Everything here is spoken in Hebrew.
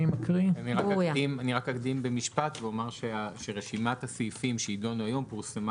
אני רק אקדים במשפט ואומר שרשימת הסעיפים שיידונו היום פורסמה